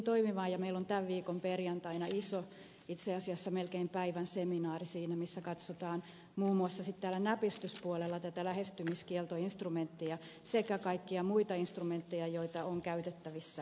meillä on tämän viikon perjantaina iso itse asiassa melkein päivän seminaari missä katsotaan muun muassa sitten täällä näpistyspuolella tätä lähestymiskieltoinstrumenttia sekä kaikkia muita instrumentteja joita on käytettävissä